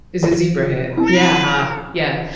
is it zebra here? yeah. ah, yeah.